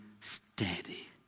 steady